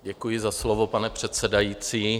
Děkuji za slovo, pane předsedající.